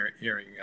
hearing